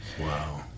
Wow